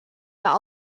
that